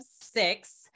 six